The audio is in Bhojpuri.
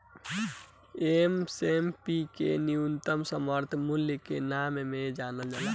एम.एस.पी के न्यूनतम समर्थन मूल्य के नाम से जानल जाला